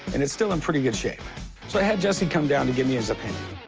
and it's still in pretty good shape. so i had jesse come down to give me his opinion.